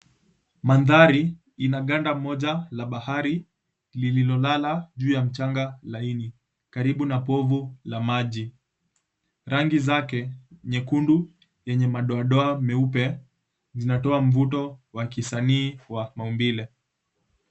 Mandhari ina ganda moja la bahari lililolala juu ya mchanga laini, karibu na povu la maji. Rangi zake nyekundu yenye madoadoa meupe zinatoa mvuto wa kisanii wa maumbile.